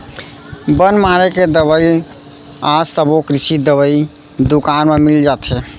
बन मारे के दवई आज सबो कृषि दवई दुकान म मिल जाथे